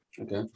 okay